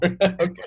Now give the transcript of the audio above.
Okay